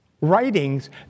writings